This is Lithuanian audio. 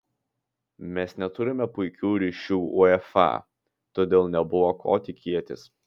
mes neturime puikių ryšių uefa todėl nebuvo ko tikėtis